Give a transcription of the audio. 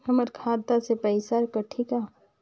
हमर खाता से पइसा कठी का?